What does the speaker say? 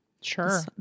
Sure